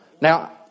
Now